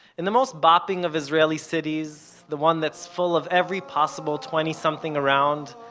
in the most bopping of israeli cities, the one that's full of every possible twenty-something around,